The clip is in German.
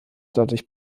dadurch